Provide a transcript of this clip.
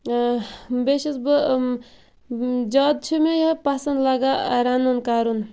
بیٚیہِ چھَس بہٕ زیادٕ چھُ مےٚ یہِ پَسَنٛد لَگان رَنُن کَرُن